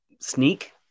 Sneak